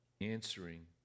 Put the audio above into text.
answering